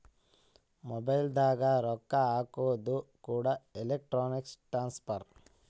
mobile ದಾಗ ರೊಕ್ಕ ಹಾಕೋದು ಕೂಡ ಎಲೆಕ್ಟ್ರಾನಿಕ್ ಟ್ರಾನ್ಸ್ಫರ್